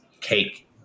cake